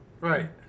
right